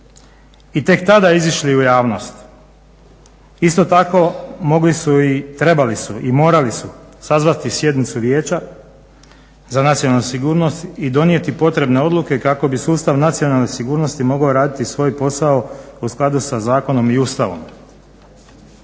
i tek tada izišli u javnost. Isto tako mogli su i trebali su, morali su sazvati sjednicu Vijeća za nacionalnu sigurnosti i donijeti potrebne odluke kako bi sustav nacionalne sigurnosti mogao raditi svoj posao u skladu sa zakonom i Ustavom.